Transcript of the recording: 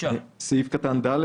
"(ד)